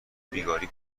بیگاری